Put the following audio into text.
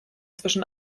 zwischen